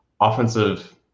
offensive